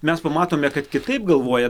mes pamatome kad kitaip galvoja